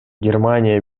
германия